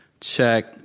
check